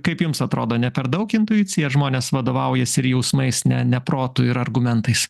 kaip jums atrodo ne per daug intuicija žmonės vadovaujasi ir jausmais ne ne protu ir argumentais